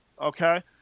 Okay